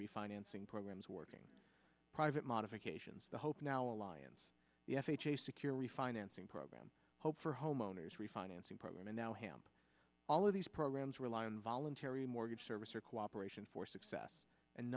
refinancing programs working private modifications the hope now alliance the f h a secure refinancing program hope for homeowners refinancing program and now hamper all of these programs rely on voluntary mortgage servicer cooperation for success and